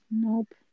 nope